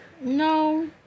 No